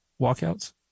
walkouts